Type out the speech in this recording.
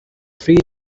three